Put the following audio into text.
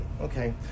Okay